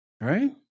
Right